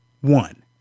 one